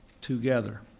together